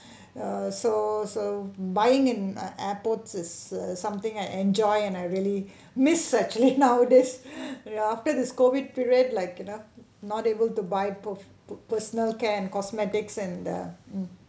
uh so so buying in a airport this is uh something I enjoy and I really missed ah actually nowadays ya after this COVID feel it like you know not able to buy both pers~ personal care and cosmetics and the mm